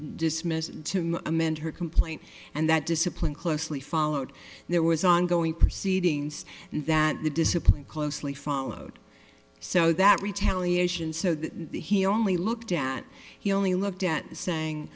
dismiss and to amend her complaint and that discipline closely followed there was ongoing proceedings and that the discipline closely followed so that retaliation so that the he only looked at he only looked at the saying